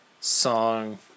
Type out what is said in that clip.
song